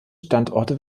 standorte